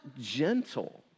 gentle